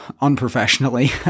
unprofessionally